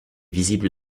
visible